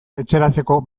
etxeratzeko